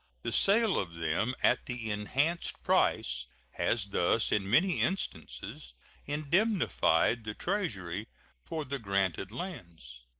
the sale of them at the enhanced price has thus in many instances indemnified the treasury for the granted lands.